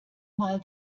mal